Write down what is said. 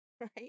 Right